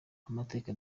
amateka